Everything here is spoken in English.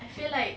I feel like